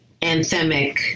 anthemic